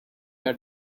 are